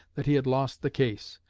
that he had lost the case.